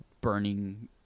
burning